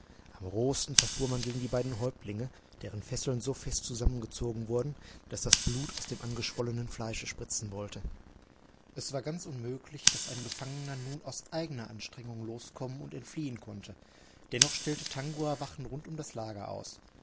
am rohesten verfuhr man gegen die beiden häuptlinge deren fesseln so fest zusammengezogen wurden daß das blut aus dem angeschwollenen fleische spritzen wollte es war ganz unmöglich daß ein gefangener nun aus eigener anstrengung loskommen und entfliehen konnte dennoch stellte tangua wachen rund um das lager aus